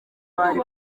bari